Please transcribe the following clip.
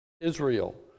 Israel